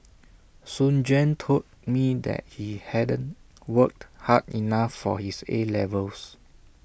Soon Juan told me that he hadn't worked hard enough for his A levels